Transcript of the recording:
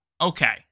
Okay